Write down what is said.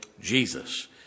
Jesus